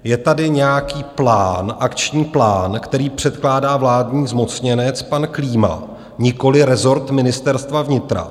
Je tady nějaký plán, akční plán, který předkládá vládní zmocněnec pan Klíma, nikoliv rezort Ministerstva vnitra.